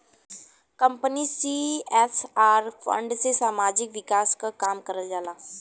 company CSR fund से सामाजिक विकास क काम करला